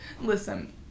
listen